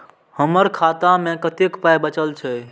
हमर खाता मे कतैक पाय बचल छै